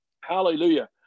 Hallelujah